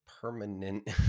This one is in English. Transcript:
permanent